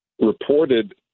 reported